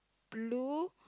blue